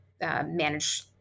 manage